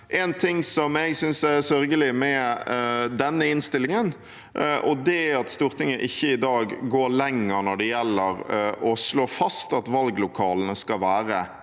en ting som jeg synes er sørgelig med denne innstillingen, og det er at Stortinget i dag ikke går lenger når det gjelder å slå fast at valglokalene skal være